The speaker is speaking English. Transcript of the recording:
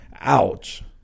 Ouch